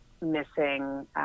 missing